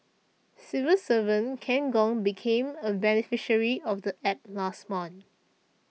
civil servant Ken Gong became a beneficiary of the App last month